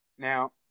Now